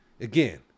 Again